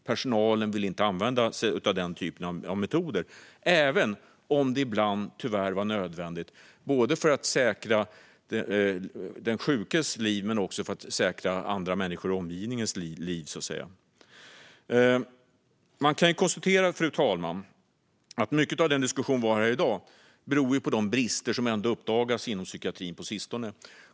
Personalen ville inte använda sig av den typen av metoder, även om det ibland, tyvärr, var nödvändigt för att säkra den sjukes liv men också omgivningens liv. Fru talman! Man kan konstatera att mycket av den diskussion som vi har här i dag beror på de brister som uppdagats inom psykiatrin på sistone.